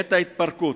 את ההתפרקות,